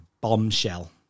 bombshell